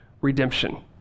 redemption